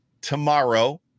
tomorrow